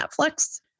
Netflix